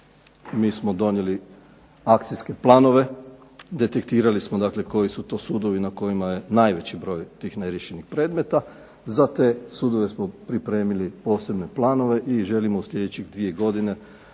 mi smo donijeli akcijske planove, detektirali smo dakle koji su to sudovi na kojima je najveći broj tih neriješenih predmeta, za te sudove smo pripremili posebne planove i želimo u sljedećih dvije godine